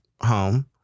home